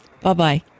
Bye-bye